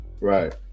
right